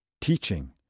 Teaching